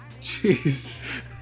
Jeez